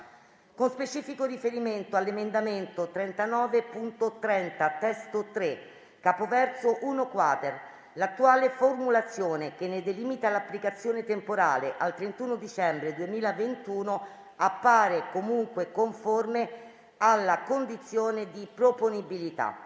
con specifico riferimento all'emendamento 39.30 (testo 3), capoverso 1-*quater*, l'attuale formulazione, che ne delimita l'applicazione temporale al 31 dicembre 2021, appare comunque conforme alla condizione di proponibilità;